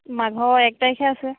মাঘৰ এক তাৰিখে আছে